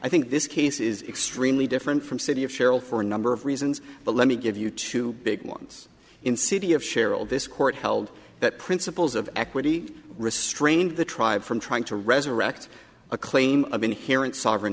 i think this case is extremely different from city of cheryl for a number of reasons but let me give you two big ones in city of cheryl this court held that principles of equity restraint the tribe from trying to resurrect a claim of inherent sovereign